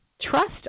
Trust